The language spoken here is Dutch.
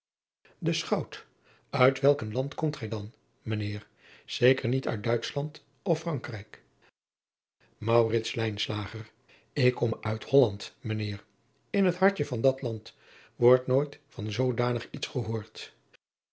e chout it welk een land komt gij dan mijn eer eker niet uit uitschland of rankrijk k kom uit olland mijn eer n het hartje van dat land wordt nooit van zoodanig iets gehoord